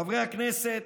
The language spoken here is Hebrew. חברי הכנסת,